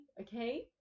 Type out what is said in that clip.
Okay